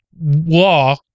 law